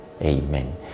Amen